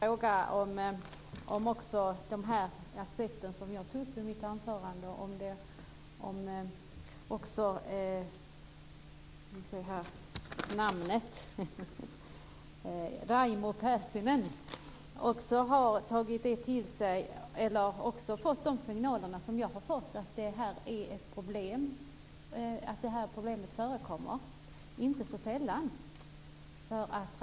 Fru talman! Har Raimo Pärssinen tagit till sig den aspekt jag tog upp i mitt anförande? Har han fått de signaler jag har fått om att problemet inte så sällan förekommer?